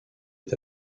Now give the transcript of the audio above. est